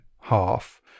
half